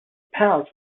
pals